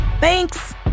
Thanks